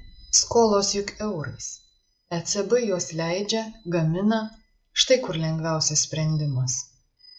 skolos juk eurais ecb juos leidžia gamina štai kur lengviausias sprendimas